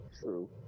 True